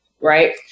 right